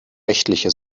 rechtliche